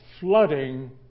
flooding